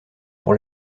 pour